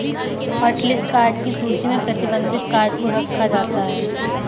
hotlist card की सूची में प्रतिबंधित कार्ड को रखा जाता है